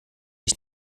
ich